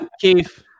Keith